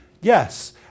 Yes